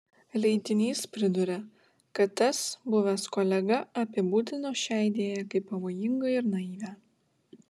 leidinys priduria kad tas buvęs kolega apibūdino šią idėją kaip pavojingą ir naivią